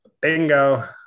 Bingo